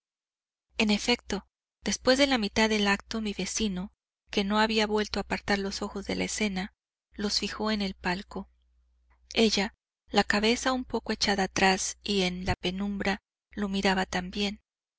en efecto después de la mitad del acto mi vecino que no había vuelto a apartar los ojos de la escena los fijó en el palco ella la cabeza un poco echada atrás y en la penumbra lo miraba también